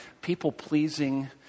people-pleasing